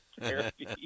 therapy